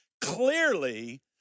Clearly